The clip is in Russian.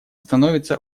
становятся